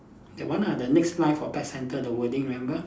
that one ah the next life for pet centre the wording remember